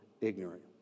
ignorant